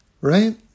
Right